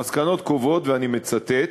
המסקנות קובעות, ואני מצטט: